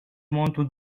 montre